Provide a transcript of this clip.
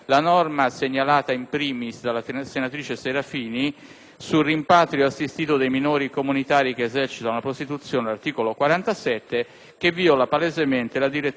sul rimpatrio assistito dei minori comunitari che esercitano la prostituzione, che vìola palesemente la direttiva n. 38 del 2004 sul diritto di libera circolazione.